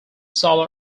solo